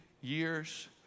years